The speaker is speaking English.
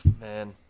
man